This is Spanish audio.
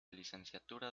licenciatura